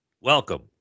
welcome